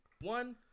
one